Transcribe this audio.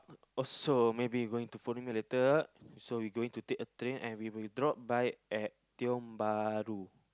also maybe going to follow me later so we going to take a train and we will drop by at Tiong-Bahru